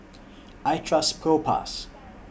I Trust Propass